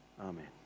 amen